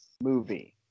movie